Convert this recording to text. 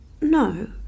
No